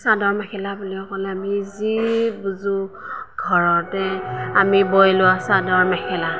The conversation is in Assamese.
চাদৰ মেখেলা বুলি ক'লে যি বুজোঁ ঘৰতে আমি বৈ লোৱা চাদৰ মেখেলা